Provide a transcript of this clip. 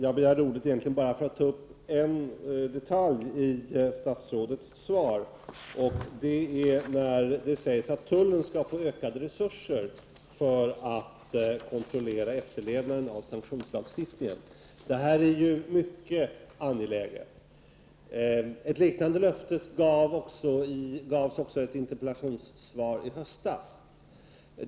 Herr talman! Jag begärde ordet för att ta upp en detalj i statsrådets svar. Det sägs i svaret att tullen skall få utökade resurser för att kontrollera efterlevnaden av sanktionslagstiftningen. Detta är mycket angeläget. Ett liknande löfte gavs också i ett interpellationssvar i höstas.